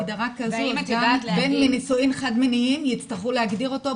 בין אם נישואין חד-מיניים, הצטרכו להגדיר אותו,